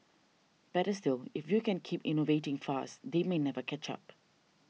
better still if you can keep innovating fast they may never catch up